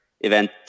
event